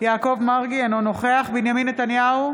יעקב מרגי, אינו נוכח בנימין נתניהו,